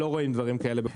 לא רואים דברים כאלה בכל יום.